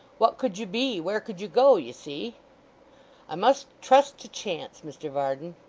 what could you be? where could you go, you see i must trust to chance, mr varden